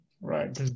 Right